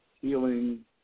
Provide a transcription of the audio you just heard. healing